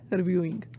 reviewing